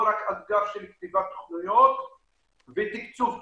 לא רק אתגר של כתיבת תוכניות ותקצוב תוכניות.